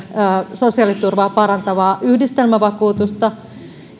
sosiaaliturvaa parantavaa yhdistelmävakuutusta